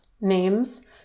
names